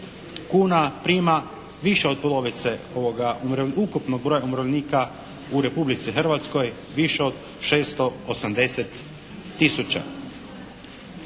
kuna prima više od polovice ukupnog broja umirovljenika u Republici Hrvatskoj, više od 680 tisuća.